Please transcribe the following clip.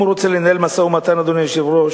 אם הוא רוצה לנהל משא-ומתן, אדוני היושב-ראש,